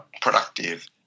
productive